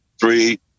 three